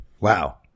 Wow